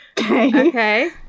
Okay